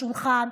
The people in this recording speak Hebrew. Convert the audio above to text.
לשולחן?